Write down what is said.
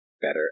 better